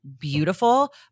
beautiful